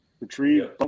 retrieve